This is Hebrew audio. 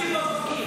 תל אביב-אופקים.